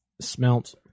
smelt